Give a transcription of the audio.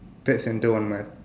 third centre one